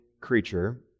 creature